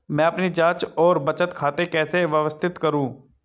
मैं अपनी जांच और बचत खाते कैसे व्यवस्थित करूँ?